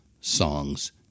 Songs